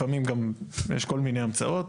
לפעמים גם יש כל מיני המצאות.